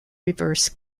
reverse